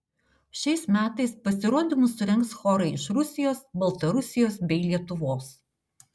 šiais metais pasirodymus surengs chorai iš rusijos baltarusijos bei lietuvos